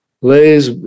lays